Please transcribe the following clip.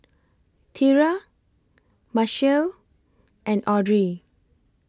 Tera Machelle and Audrey